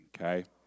Okay